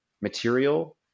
material